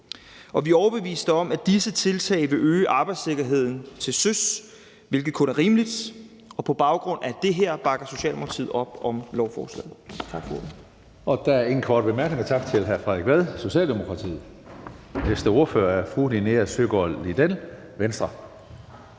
Vi er overbeviste om, at disse tiltag vil øge arbejdssikkerheden til søs, hvilket kun er rimeligt. Og på baggrund af det bakker Socialdemokratiet op om lovforslaget.